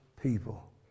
people